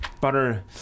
butter